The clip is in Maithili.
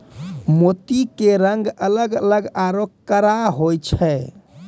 मोती के रंग अलग अलग आरो कड़ा होय छै